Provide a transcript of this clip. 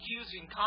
accusing